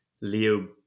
leo